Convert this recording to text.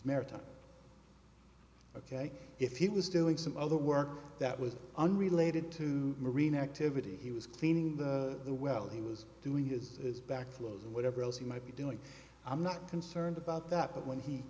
maritime ok if he was doing some other work that was unrelated to marine activity he was cleaning the well he was doing his his back flows and whatever else he might be doing i'm not concerned about that but when he